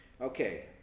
Okay